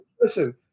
Listen